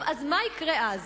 טוב, ומה יקרה אז?